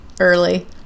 early